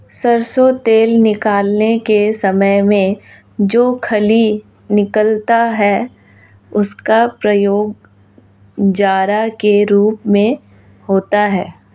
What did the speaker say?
सरसों तेल निकालने के समय में जो खली निकलता है उसका प्रयोग चारा के रूप में होता है